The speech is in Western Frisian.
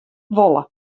wolle